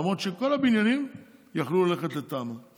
למרות שכל הבניינים יכלו ללכת לתמ"א.